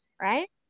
right